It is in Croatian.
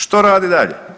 Što rade dalje?